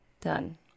done